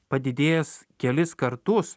padidėjęs kelis kartus